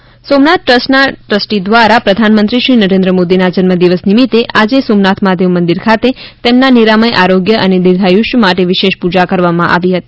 મોદી સોમનાથ પૂજા સોમનાથ ટ્રસ્ટના ટ્રસ્ટી દ્રારા પ્રધાનમંત્રી નરેન્દ્ર મોદીના જન્મદિવસ નિમીતે આજે શ્રી સોમનાથ મહાદેવ મંદિર ખાતે તેમના નિરામય આરોગ્ય અને દીર્ઘાયુષ્ય માટે વિશેષ પૂજા કરવામાં આવી હતી